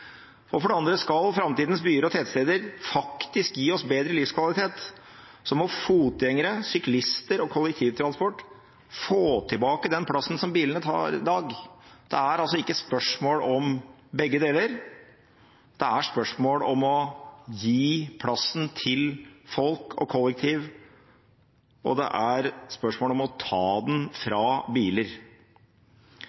kommer. For det andre: Skal framtidas byer og tettsteder faktisk gi oss bedre livskvalitet, må fotgjengere, syklister og kollektivtransport få tilbake den plassen som bilene tar i dag. Det er ikke spørsmål om begge deler, det er spørsmål om å gi plassen til folk og kollektivtrafikk, og det er spørsmål om å ta den fra biler.